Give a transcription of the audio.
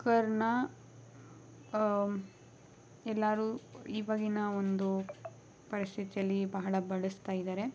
ಕುಕ್ಕರನ್ನ ಎಲ್ಲರೂ ಇವಾಗಿನ ಒಂದು ಪರಿಸ್ಥಿತಿಯಲ್ಲಿ ಬಹಳ ಬಳಸ್ತಾ ಇದ್ದಾರೆ